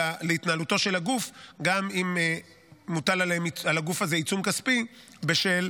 של הגוף גם אם מוטל על הגוף הזה עיצום כספי בשל